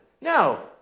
No